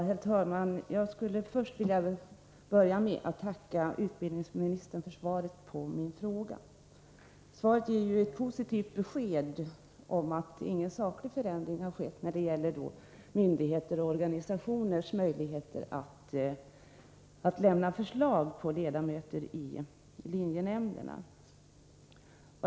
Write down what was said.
Herr talman! Jag skulle vilja börja med att tacka utbildningsministern för svaret på min fråga. Svaret är ju ett positivt besked om att ingen saklig förändring har skett när det gäller myndigheters och organisationers möjligheter att lämna förslag till ledamöter i linjenämnderna.